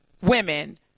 women